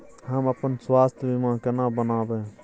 हम अपन स्वास्थ बीमा केना बनाबै?